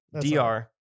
DR